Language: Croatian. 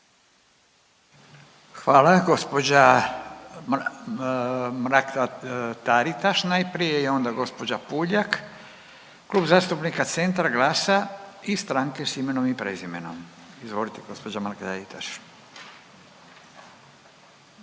Hvala. Gđa. Mrak-Taritaš najprije i onda gđa. Puljak, Klub zastupnika Centra, GLAS-a i Stranke s imenom i prezimenom, izvolite gđa. Mrak-Taritaš.